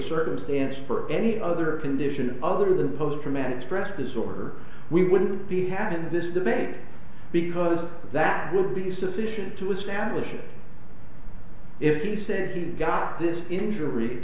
circumstance for any other condition other than post traumatic stress disorder we wouldn't be happened this debate because of the that would be sufficient to establish if he said he got this injury